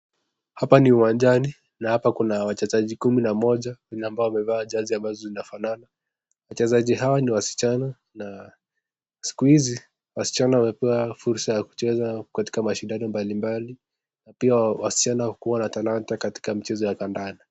Hapa ni unjwani na hapa Kuna wachezaji kumi na moja Kuna ambao wamevaa jesi ambao inafanana wachezaji hawa ni wasichana na siku hizi wasichana wamepewa fursa ya kucheza katikati mashindano mbalimbali na pia wasichana kuwa na timu katika mchezo wa kandanda.